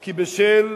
כי בשל